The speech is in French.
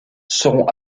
seront